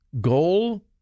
goal